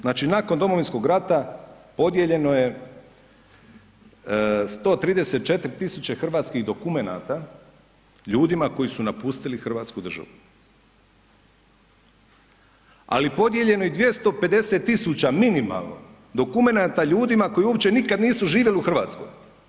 Znači nakon Domovinskog rata podijeljeno je 134.000 hrvatskih dokumenata ljudima koji su napustili hrvatsku državu, ali podijeljeno je i 250.000 minimalno dokumenata ljudima koji uopće nikada nisu živjeli u Hrvatskoj.